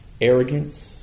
arrogance